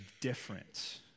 different